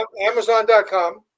amazon.com